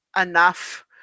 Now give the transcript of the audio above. enough